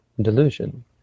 delusion